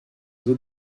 you